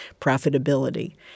profitability